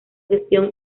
gestión